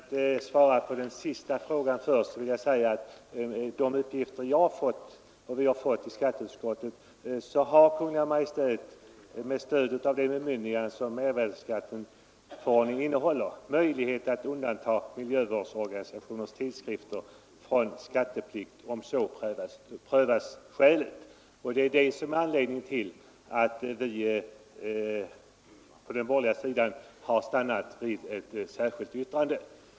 Herr talman! Låt mig svara på den sista frågan först: Enligt de uppgifter som vi fått i skatteutskottet har Kungl. Maj:t, med stöd av det bemyndigande som mervärdeskatteförordningen innehåller, möjlighet att undantaga miljövårdsorganisationers tidskrifter från skatteplikt om så prövas skäligt. Det är anledningen till att vi på den borgerliga sidan har stannat vid ett särskilt yttrande.